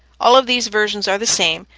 all of these versions are the same,